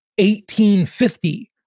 1850